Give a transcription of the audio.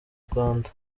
rwanda